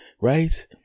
Right